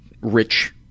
rich